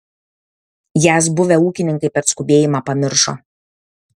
jas buvę ūkininkai per skubėjimą pamiršo